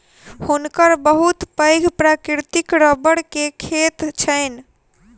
हुनकर बहुत पैघ प्राकृतिक रबड़ के खेत छैन